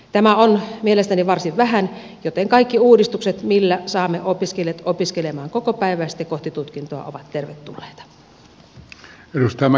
tämä on mielestäni varsin vähän joten kaikki uudistukset millä saamme opiskelijat opiskelemaan kokopäiväisesti kohti tutkintoa ovat tervetulleita